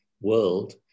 world